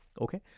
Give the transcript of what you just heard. okay